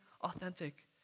authentic